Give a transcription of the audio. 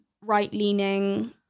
right-leaning